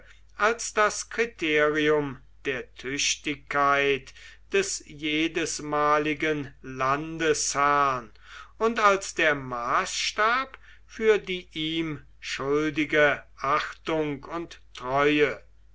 als das kriterium der tüchtigkeit des jedesmaligen landesherrn und als der maßstab für die ihm schuldige achtung und treue